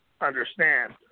understand